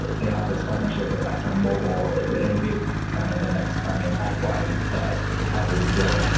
they have this partnership with exxon mobil. it'll be the kind of the next permian pipeline that will probably be built.